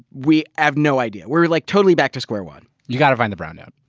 we have no idea. we're like totally back to square one. you gotta find the brown note.